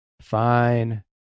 Fine